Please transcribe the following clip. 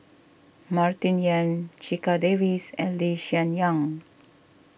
Martin Yan Checha Davies and Lee Hsien Yang